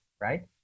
Right